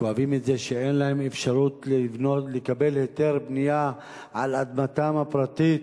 כואבים את זה שאין להם אפשרות לקבל היתר בנייה על אדמתם הפרטית,